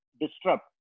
disrupt